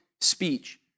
speech